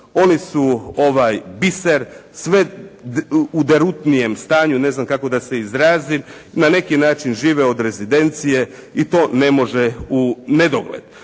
oni su biser, sve u derutnijem stanju, ne znam kako da se izrazim. Na neki način žive od rezidencije i to ne može u nedogled.